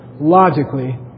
logically